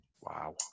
Wow